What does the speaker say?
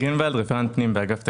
רפרנט פנים, אגף התקציבים,